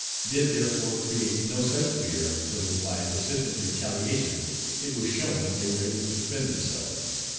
did therefore create no such fear until by persistent retaliation it was shown they were able to defend themselves.